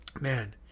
man